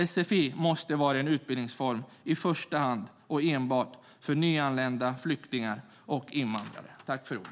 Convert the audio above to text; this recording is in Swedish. Sfi måste vara en utbildningsform enbart för nyanlända flyktingar och invandrare.